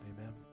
amen